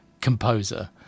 composer